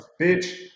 bitch